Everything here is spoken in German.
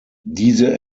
diese